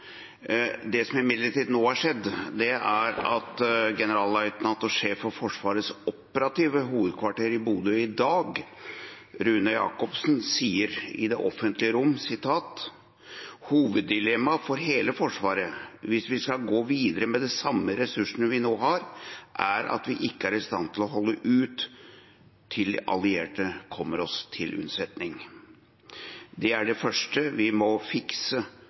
Det som imidlertid nå har skjedd, er at generalløytnant og sjef for Forsvarets operative hovedkvarter i Bodø i dag, Rune Jakobsen, sier i det offentlige rom: «Hoveddilemmaet for hele Forsvaret, hvis vi skal gå videre med de samme ressursene som vi har nå, er at vi ikke er i stand til å holde ut til alliert hjelp kommer. Så det er det første vi må fikse.»